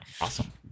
Awesome